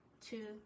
two